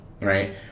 right